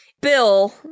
Bill